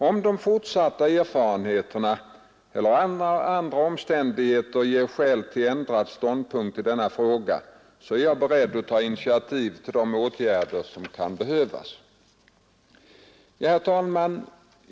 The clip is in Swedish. Om de fortsatta erfarenheterna eller andra omständigheter ger skäl till ändrad ståndpunkt i denna fråga, är jag beredd att ta initiativ till de åtgärder som kan behövas. Herr talman!